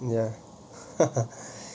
ya